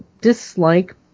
dislike